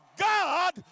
God